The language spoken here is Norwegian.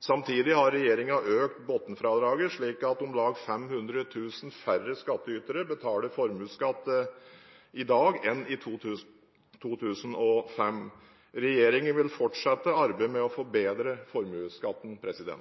Samtidig har regjeringen økt bunnfradraget, slik at om lag 500 000 færre skattytere betaler formuesskatt i dag enn i 2005. Regjeringen vil fortsette arbeidet med å forbedre formuesskatten. Jeg takker